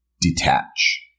Detach